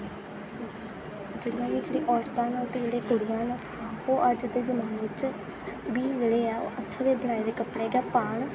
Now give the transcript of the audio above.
जेह्ड़ियां औरतां ते कुड़ियां न ओह् अज्ज दे जमाने च बी जेह्ड़े ओह् ओह् हत्थै दे बनाए दे कपडे़ेगै पाह्न